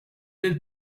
lill